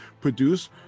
produce